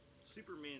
Superman